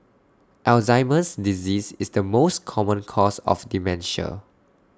Alzheimer's disease is the most common cause of dementia